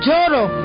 Joro